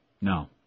No